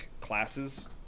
classes